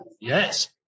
Yes